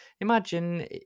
Imagine